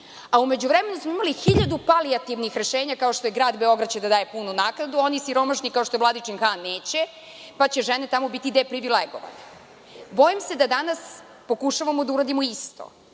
a u međuvremenu smo imali hiljadu rešenja, kao što je da će grad Beograd da daje punu naknadu, a oni siromašni kao što je Vladičin Han neće, pa će žene tamo biti deprivilegovane. Bojim se da danas pokušavamo da uradimo isto,